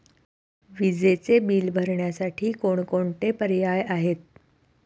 विजेचे बिल भरण्यासाठी कोणकोणते पर्याय आहेत?